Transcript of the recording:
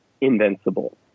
invincible